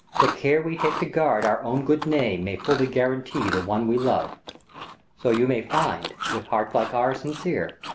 the care we take to guard our own good name may fully guarantee the one we love so you may find, with hearts like ours sincere,